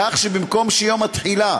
כך שבמקום שיום התחילה,